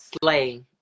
Slay